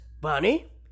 Bonnie